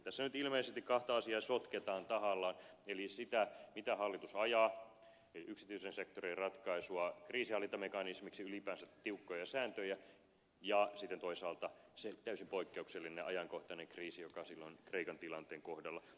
tässä nyt ilmeisesti kahta asiaa sotketaan tahallaan eli sitä mitä hallitus ajaa yksityisen sektorin ratkaisua kriisinhallintamekanismiksi ylipäänsä tiukkoja sääntöjä ja sitten toisaalta sitä täysin poikkeuksellista ajankohtaista kriisiä joka silloin kreikan tilanteen kohdalla oli